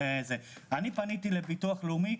פניתי לביטוח הלאומי.